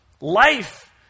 life